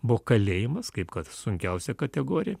buvo kalėjimas kaip kad sunkiausia kategorija